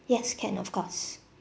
yes can of course